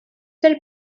per